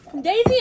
Daisy